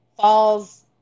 falls